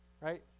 right